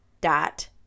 dot